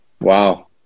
Wow